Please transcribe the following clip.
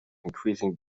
increasing